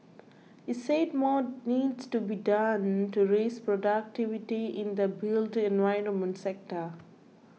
he said more needs to be done to raise productivity in the built environment sector